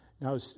Now